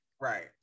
Right